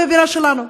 בבירה שלנו?